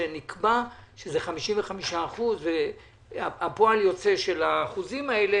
שם נקבע שזה 55%. הפועל היוצא של האחוזים האלה